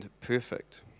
perfect